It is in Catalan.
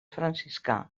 franciscà